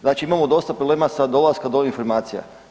Znači, imamo dosta problema sa dolaskom do informacija.